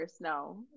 no